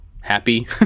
happy